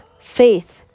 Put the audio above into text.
faith